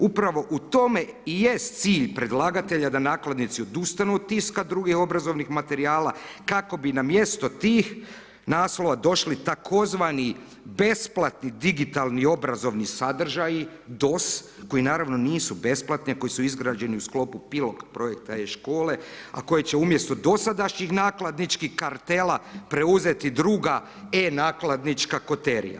Upravo u tome i jest cilj predlagatelja da nakladnici odustanu od tiska drugih obrazovnih materijala kako bi na mjesto tih naslova došli tzv. besplatni digitalni obrazovni sadržaji DOS koji naravno nisu besplatni a koji su izgrađeni u sklopu pilot projekta e-škole a koji će umjesto dosadašnjih nakladničkih kartela preuzeti druga e-nakladnička koterija.